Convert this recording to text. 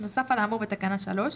נוסף על האמור בתקנה 3,